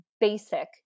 basic